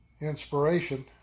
inspiration